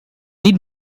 need